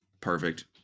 perfect